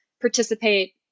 participate